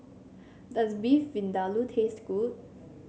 does Beef Vindaloo taste good